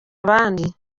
abandi